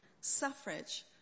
suffrage